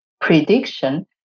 prediction